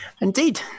Indeed